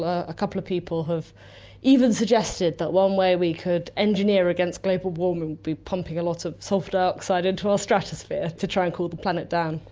a couple of people have even suggested that one way we could engineer against global warming would be pumping a lot of sulphur dioxide into the stratosphere to try and cool the planet down.